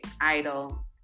idol